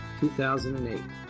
2008